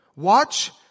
Watch